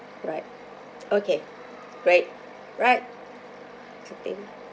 right okay right right it's okay